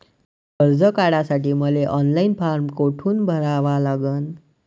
कर्ज काढासाठी मले ऑनलाईन फारम कोठून भरावा लागन?